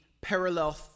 parallel